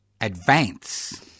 advance